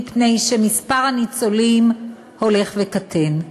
מפני שמספר הניצולים הולך וקטן.